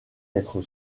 être